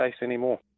anymore